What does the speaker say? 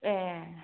ए